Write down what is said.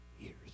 years